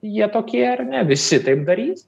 jie tokie ar ne visi taip darys